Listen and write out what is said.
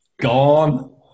gone